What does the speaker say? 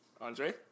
Andre